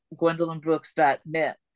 GwendolynBrooks.net